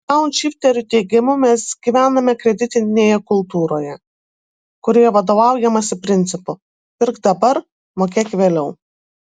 daunšifterių teigimu mes gyvename kreditinėje kultūroje kurioje vadovaujamasi principu pirk dabar mokėk vėliau